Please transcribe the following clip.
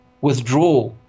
withdraw